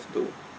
though